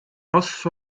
kas